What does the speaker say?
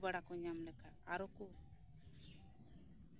ᱫᱟᱹᱲ ᱵᱟᱲᱟ ᱠᱚ ᱧᱟᱢ ᱞᱮᱠᱷᱟᱱ ᱟᱨᱚ ᱠᱚ